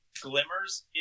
glimmers